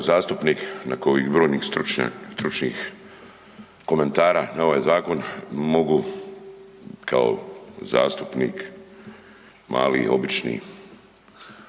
zastupnik nakon ovih brojnih stručnih komentara na ovaj zakon mogu kao zastupnik mali, obični